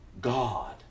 God